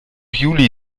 juli